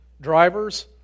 drivers